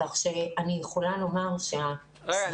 כך שאני יכולה לומר -- רגע.